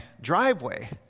driveway